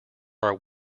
our